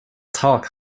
talk